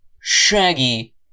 Shaggy